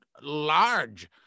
large